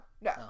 no